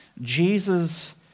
Jesus